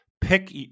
Pick